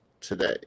today